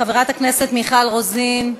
חברת הכנסת מיכל רוזין,